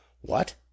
What